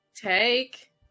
take